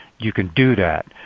you can do that.